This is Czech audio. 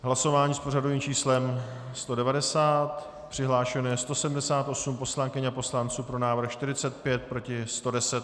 Hlasování s pořadovým číslem 190, přihlášeno je 178 poslankyň a poslanců, pro návrh 45, proti 110.